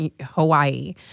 Hawaii